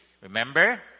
Remember